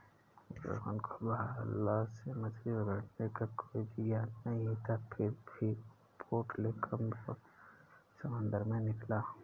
रोहन को भाला से मछली पकड़ने का कोई भी ज्ञान नहीं था फिर भी वो बोट लेकर समंदर में निकला